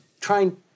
trying